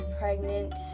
pregnant